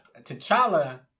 T'Challa